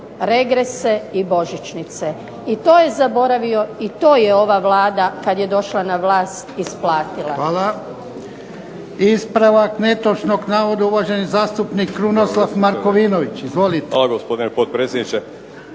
regrese i božićnice. I to je zaboravio i to je ova Vlada kada je došla na vlasti isplatila.